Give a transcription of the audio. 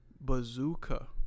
Bazooka